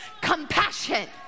compassion